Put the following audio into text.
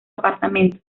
apartamento